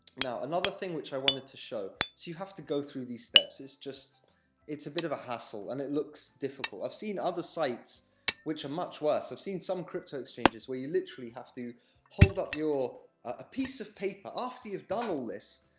now, another thing which i wanted to show so you have to go through these steps, it's just it's a bit of a hassle, and it looks difficult. i've seen other sites which are much worse. i've seen some crypto exchanges where you literally have to hold up your a piece of paper after you've done all this,